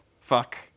Fuck